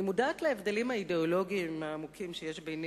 אני מודעת להבדלים האידיאולוגיים העמוקים שיש ביני